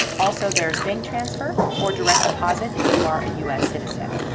also, there's bank transfer or direct deposit if you are a us citizen.